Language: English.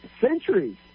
centuries